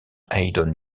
haydon